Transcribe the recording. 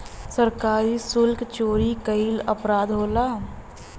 सरकारी सुल्क चोरी कईल अपराध होला